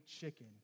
chicken